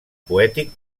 poètic